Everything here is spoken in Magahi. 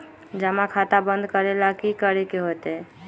जमा खाता बंद करे ला की करे के होएत?